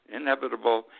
inevitable